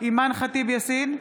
אימאן ח'טיב יאסין,